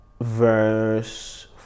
verse